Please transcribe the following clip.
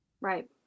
Right